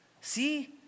See